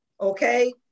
okay